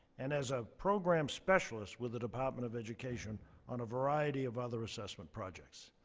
and as a program specialist with the department of education on a variety of other assessment projects.